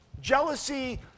Jealousy